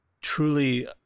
truly